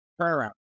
turnaround